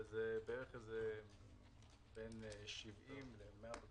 וזה בין 70 ל-100 בקשות.